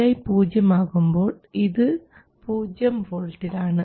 vi പൂജ്യം ആകുമ്പോൾ ഇത് പൂജ്യം വോൾട്ടിൽ ആണ്